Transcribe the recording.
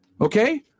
okay